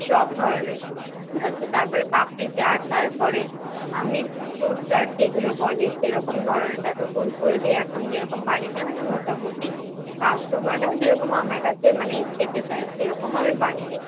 সব ধরনের ঠিক আছে তারপরে পাপরি চাট তারপরে মিক্সড ফ্রুট চাট যেগুলো বলে সেরকম ধরনের তারপর কুরকুরে দিয়ে এখন যেরকম বানিয়ে দেয় মানে মোটামুটি কাস্টমাররাও যেরকম আমার কাছে মানে খেতে চায় সেরকমও আমি বানিয়ে দিই